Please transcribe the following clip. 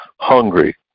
hungry